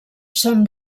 són